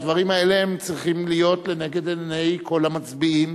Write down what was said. הדברים האלה צריכים להיות לנגד עיני כל המצביעים